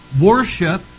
Worship